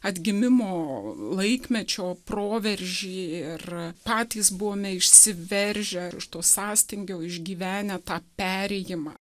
atgimimo laikmečio proveržį ir patys buvome išsiveržę iš to sąstingio išgyvenę tą perėjimą